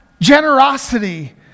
generosity